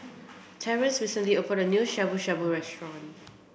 Terance recently opened a new Shabu shabu Restaurant